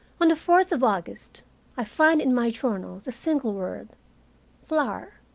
on the fourth of august i find in my journal the single word flour.